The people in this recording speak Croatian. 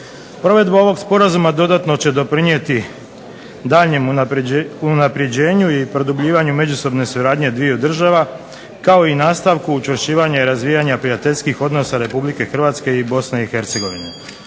Provedba ovog sporazuma dodatno će doprinijeti daljnjem unapređenju i produbljivanju međusobne suradnje dviju država kao i nastavku učvršćivanja i razvijanja prijateljskih odnosa Republike Hrvatske i Bosne i Hercegovine.